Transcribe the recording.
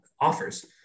offers